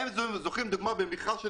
הן זוכות במכרז,